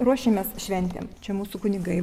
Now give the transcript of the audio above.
ruošiamės šventėm čia mūsų kunigai